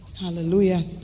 Hallelujah